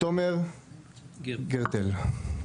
תומר גרטל.